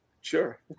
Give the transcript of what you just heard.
Sure